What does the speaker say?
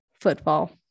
football